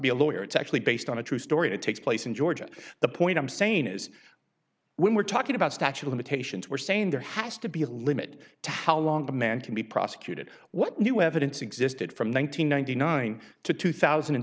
be a lawyer it's actually based on a true story to take place in georgia the point i'm saying is when we're talking about statue of limitations we're saying there has to be a limit to how long the man can be prosecuted what new evidence existed from one nine hundred ninety nine to two thousand and